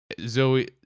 Zoe